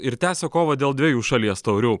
ir tęsia kovą dėl dviejų šalies taurių